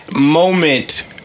moment